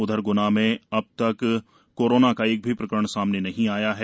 उधर ग्ना जिले में अब तक कोरोना का एक भी प्रकरण सामने नहीं थ या है